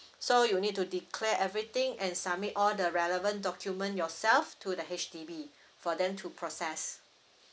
so you need to declare everything and submit all the relevant document yourself to the H_D_B for them to process